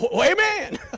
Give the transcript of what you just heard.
amen